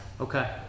Okay